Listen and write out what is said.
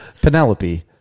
Penelope